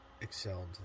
excelled